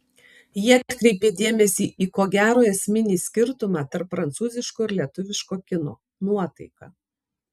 ji atkreipė dėmesį į ko gero esminį skirtumą tarp prancūziško ir lietuviško kino nuotaiką